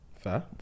Fair